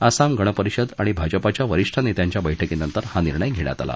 आसाम गण परिषद आणि भाजपाच्या वरिष्ठ नेत्यांच्या बैठकीनंतर हा निर्णय घेण्यात आला